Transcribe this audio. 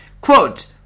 quote